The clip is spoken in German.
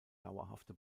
dauerhafte